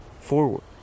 Forward